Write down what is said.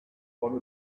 one